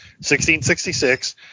1666